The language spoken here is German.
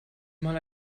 mal